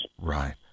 Right